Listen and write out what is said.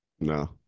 No